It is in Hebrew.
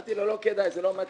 אמרתי לו לא כדאי, זה לא מתאים,